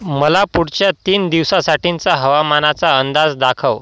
मला पुढच्या तीन दिवसासाठींचा हवामानाचा अंदाज दाखव